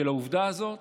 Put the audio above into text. של העובדה הזאת,